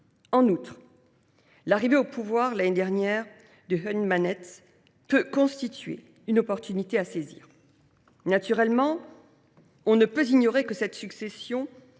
En outre, l’arrivée au pouvoir, l’année dernière, de Hun Manet peut constituer une occasion à saisir. Bien évidemment, on ne peut ignorer que cette succession